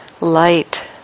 light